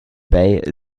bay